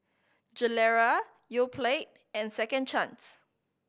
Gilera Yoplait and Second Chance